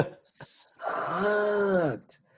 sucked